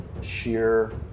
sheer